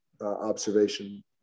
observation